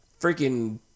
freaking